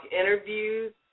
interviews